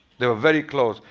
they were very close.